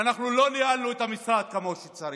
שאנחנו לא ניהלנו את המשרד כמו שצריך,